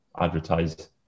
advertise